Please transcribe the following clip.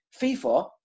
FIFA